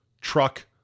truck